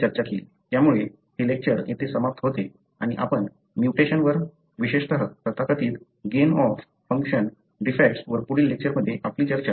त्यामुळे हे लेक्चर येथे समाप्त होते आणि आपण म्यूटेशनवर विशेषत तथाकथित गेन ऑफ फंक्शन डिफेक्टस वर पुढील लेक्चरमध्ये आपली चर्चा सुरू ठेवू